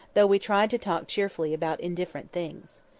though we tried to talk cheerfully about indifferent things.